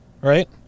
right